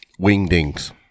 wingdings